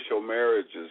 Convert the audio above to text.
marriages